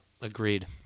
agreed